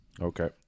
Okay